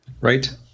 Right